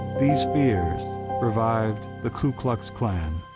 these fears revived the ku klux klan.